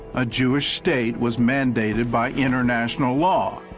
a jewish state was mandated by international law.